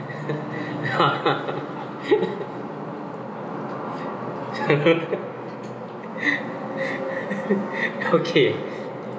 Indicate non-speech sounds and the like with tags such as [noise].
[laughs] okay